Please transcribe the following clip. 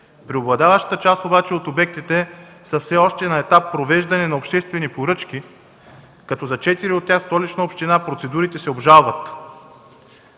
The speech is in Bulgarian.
Преобладаващата част обаче от обектите са все още на етап провеждане на обществени поръчки, като за четири от тях в Столичната община процедурите се обжалват.